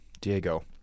Diego